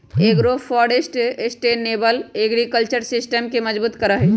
agroforestry sustainable agriculture system के मजबूत करा हई